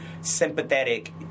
sympathetic